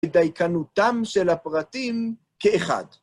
לדייקנותם של הפרטים, כאחד.